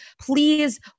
Please